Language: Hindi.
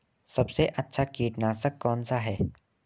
सबसे अच्छा कीटनाशक कौनसा है?